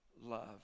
love